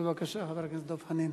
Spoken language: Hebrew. בבקשה, חברי הכנסת דב חנין.